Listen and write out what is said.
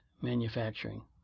manufacturing